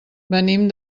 venim